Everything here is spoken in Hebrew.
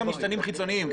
משתנים חיצוניים.